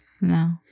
No